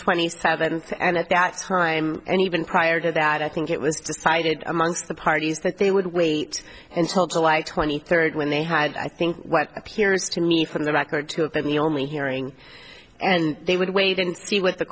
twenty seventh and at that time and even prior to that i think it was decided amongst the parties that they would wait until july twenty third when they had i think what appears to me from the record to have been the only hearing and they would wait and see what the